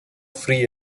free